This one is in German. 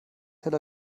tel